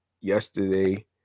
yesterday